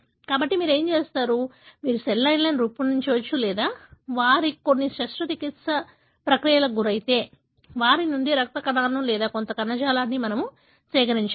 కాబట్టి మీరు ఏమి చేస్తారు మీరు సెల్ లైన్లను రూపొందించవచ్చు లేదా వారు కొన్ని శస్త్రచికిత్స ప్రక్రియలకు గురైతే వారి నుండి రక్త కణాలను లేదా కొంత కణజాలాన్ని మనము సేకరించవచ్చు